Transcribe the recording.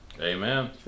Amen